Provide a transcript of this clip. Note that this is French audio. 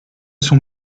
son